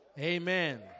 Amen